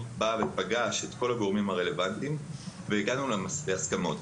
פגש את כל הגורמים הרלוונטיים והגענו להסכמות.